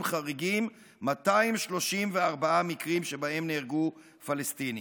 חריגים 234 מקרים שבהם נהרגו פלסטינים,